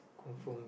confirm